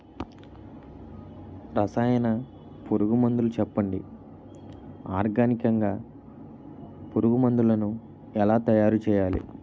రసాయన పురుగు మందులు చెప్పండి? ఆర్గనికంగ పురుగు మందులను ఎలా తయారు చేయాలి?